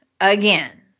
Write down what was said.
again